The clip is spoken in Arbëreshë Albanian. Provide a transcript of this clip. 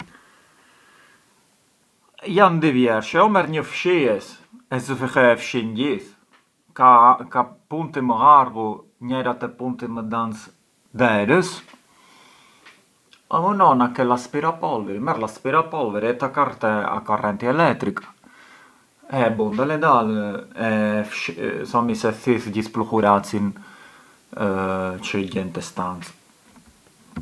Jan dy vjershe, o merr një fshies e zë fill e e fshin gjith ka punti më llarghu njera te punti më dancë derës o më no na ke l’aspirapolviri merr l’aspirapolviri, e takar te a correnti elettrica e e bun dal e dal e thomi se thith gjithë pluhuracin çë gjen te stanca.